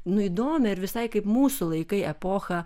nu įdomiai ir visai kaip mūsų laikai epochą